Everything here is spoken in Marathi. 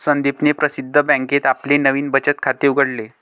संदीपने प्रसिद्ध बँकेत आपले नवीन बचत खाते उघडले